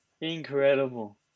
Incredible